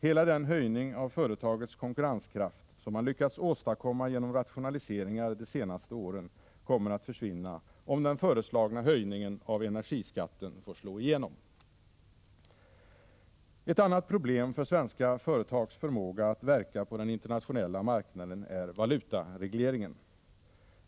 Hela den höjning av företagets konkurrenskraft, som man lyckats åstadkomma genom rationaliseringar de senaste åren, kommer att försvinna om den föreslagna höjningen av energiskatten får slå igenom. Ett annat problem för svenska företags förmåga att verka på den internationella marknaden är valutaregleringen.